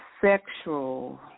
sexual